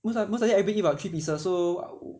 most~ mostly everybody eat about three pieces so